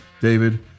David